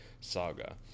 saga